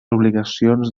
obligacions